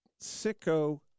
sicko